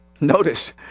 Notice